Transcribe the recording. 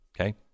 okay